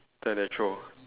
then they throw